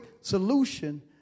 solution